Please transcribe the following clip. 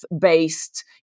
based